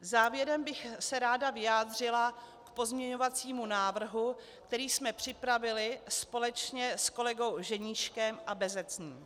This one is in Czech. Závěrem bych se ráda vyjádřil a k pozměňovacímu návrhu, kterým jsme připravili společně s kolegou Ženíškem a Bezecným.